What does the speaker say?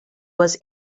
was